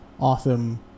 awesome